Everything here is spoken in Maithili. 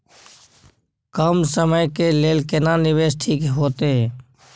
कम समय के लेल केना निवेश ठीक होते?